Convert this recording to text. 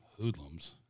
hoodlums